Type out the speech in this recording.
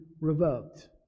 revoked